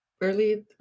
early